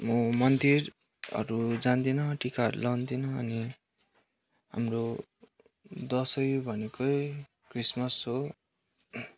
म मन्दिरहरू जाँदिनँ टिकाहरू लाउँदिनँ अनि हाम्रो दसैँ भनेकै क्रिसमस हो